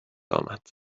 آمد